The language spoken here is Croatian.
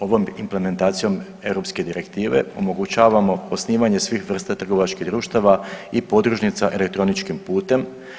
Ovom implementacijom europske direktive omogućavamo osnivanje svih vrsta trgovačkih društava i podružnica elektroničkim putem.